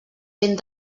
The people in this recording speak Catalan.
vent